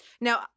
Now